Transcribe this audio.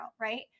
right